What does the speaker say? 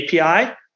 API